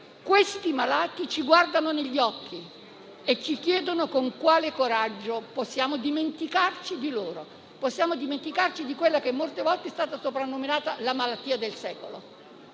Questi malati ci guardano negli occhi e ci chiedono con quale coraggio possiamo dimenticarci di loro, di quella che molte volte è stata soprannominata la malattia del secolo.